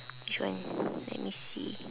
which one let me see